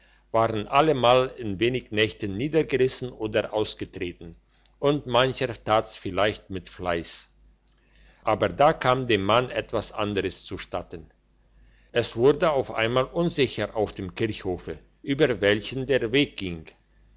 waren allemal in wenig nächten niedergerissen oder ausgetreten und mancher tat's vielleicht mit fleiss aber da kam dem mann etwas anderes zustatten es wurde auf einmal unsicher auf dem kirchhofe über welchen der weg ging